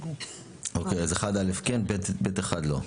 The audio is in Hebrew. אוקיי, אז 1א כן, ב1 לא.